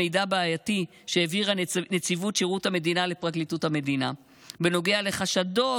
מידע בעייתי שהעבירה נציבות שירות המדינה לפרקליטות המדינה בנוגע לחשדות